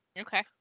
okay